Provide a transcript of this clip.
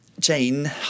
Jane